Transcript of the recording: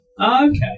okay